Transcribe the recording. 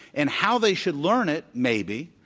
and how they should learn it, maybe.